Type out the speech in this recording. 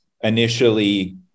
initially